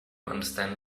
understand